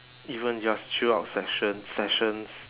even just chill out session sessions